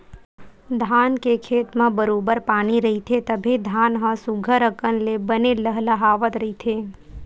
धान के खेत म बरोबर पानी रहिथे तभे धान ह सुग्घर अकन ले बने लहलाहवत रहिथे